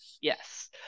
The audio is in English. Yes